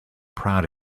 proud